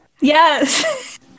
Yes